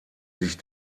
sich